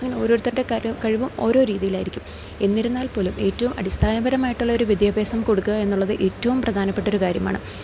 അങ്ങനെ ഓരോരുത്തരുടെ കഴിവും ഓരോ രീതിയിലായിരിക്കും എന്നിരുന്നാൽ പോലും ഏറ്റവും അടിസ്ഥാനപരമായിട്ടുള്ളൊരു വിദ്യാഭ്യാസം കൊടുക്കുക എന്നുള്ളത് ഏറ്റവും പ്രധാനപ്പെട്ടൊരു കാര്യമാണ്